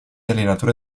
allenatore